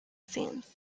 since